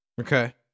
okay